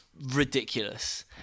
ridiculous